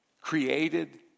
created